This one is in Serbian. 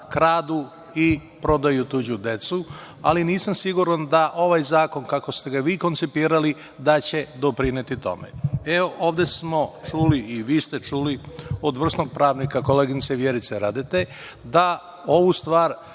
kradu i prodaju tuđu decu, ali nisam siguran da će ovaj zakon, kako ste ga vi koncipirali, doprineti tome. Ovde smo čuli i vi ste čuli od vrsnog pravnika, koleginice Vjerice Radete, da ovu stvar